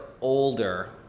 older